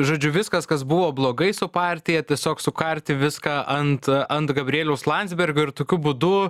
žodžiu viskas kas buvo blogai su partija tiesiog sukarti viską ant ant gabrieliaus landsbergio ir tokiu būdu